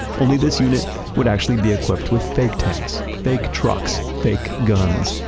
only this unit would actually be equipped with fake tanks, fake trucks, fake guns,